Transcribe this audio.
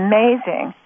Amazing